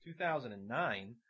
2009